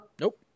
Nope